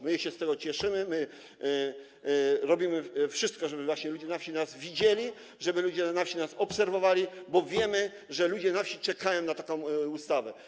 My się z tego cieszymy, my robimy wszystko, żeby właśnie ludzie na wsi nas widzieli, żeby ludzie na wsi nas obserwowali, bo wiemy, że ludzie na wsi czekają na taką ustawę.